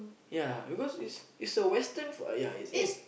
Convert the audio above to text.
ya because is it's a Western food ah ya is is